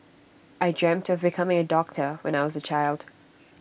I dreamt of becoming A doctor when I was A child